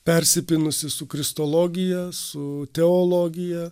persipynusi su kristologija su teologija